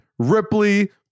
Ripley